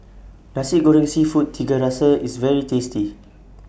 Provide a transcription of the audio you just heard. Nasi Goreng Seafood Tiga Rasa IS very tasty